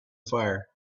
fire